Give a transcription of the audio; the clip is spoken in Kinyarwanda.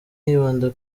yibanda